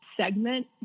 segment